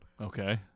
Okay